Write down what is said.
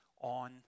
on